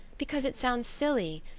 because it sounds silly.